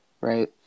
Right